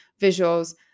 visuals